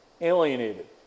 Alienated